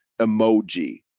emoji